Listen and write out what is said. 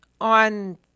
on